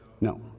No